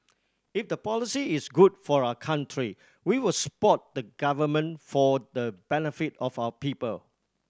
if the policy is good for our country we will support the Government for the benefit of our people